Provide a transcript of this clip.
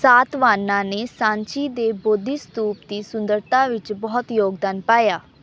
ਸਾਤਵਾਹਨਾਂ ਨੇ ਸਾਂਚੀ ਦੇ ਬੋਧੀ ਸਤੂਪ ਦੀ ਸੁੰਦਰਤਾ ਵਿੱਚ ਬਹੁਤ ਯੋਗਦਾਨ ਪਾਇਆ